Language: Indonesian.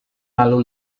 lalu